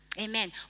Amen